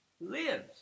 lives